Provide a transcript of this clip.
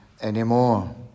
anymore